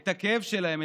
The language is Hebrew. את הכאב שלהם,